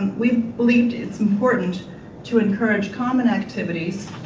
we believed it's important to encourage common activities